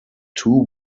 two